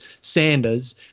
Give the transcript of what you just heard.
Sanders